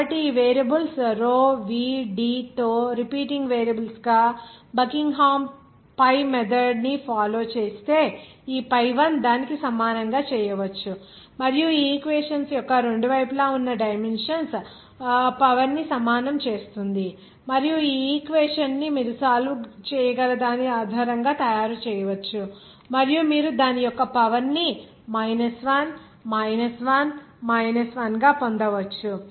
కాబట్టి ఈ variables rho v D తో రిపీటింగ్ వేరియబుల్స్ గా బకింగ్హామ్ pi మెథడ్ ని ఫాలో చేస్తే ఈ pi1 దానికి సమానంగా చేయవచ్చు మరియు ఈ ఈక్వేషన్స్ యొక్క రెండు వైపులా ఉన్న డైమెన్షన్స్ పవర్ ని సమానం చేస్తుంది మరియు ఈ ఈక్వేషన్ ని మీరు సాల్వ్ చేయగల దాని ఆధారంగా తయారు చేయవచ్చు మరియు మీరు దాని యొక్క పవర్ ని 1 1 1 గా పొందవచ్చు